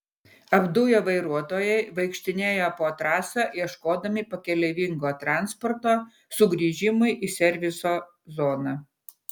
apduję vairuotojai vaikštinėjo po trasą ieškodami pakeleivingo transporto sugrįžimui į serviso zoną